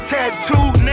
Tattooed